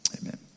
Amen